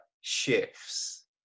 shifts